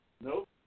Nope